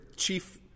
chief